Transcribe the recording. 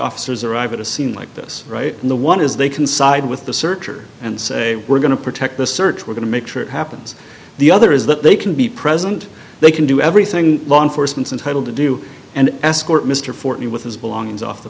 officers arrive at a scene like this right in the one is they can side with the searcher and say we're going to protect the search we're going to make sure it happens the other is that they can be present they can do everything law enforcement entitle to do and escort mr foreign with his belongings off the